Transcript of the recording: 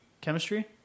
chemistry